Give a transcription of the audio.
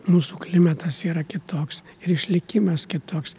mūsų klimatas yra kitoks ir išlikimas kitoks